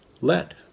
let